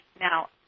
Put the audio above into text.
Now